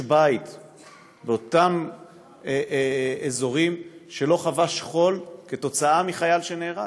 בית באותם אזורים שלא חווה שכול עקב חייל שנהרג.